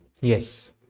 Yes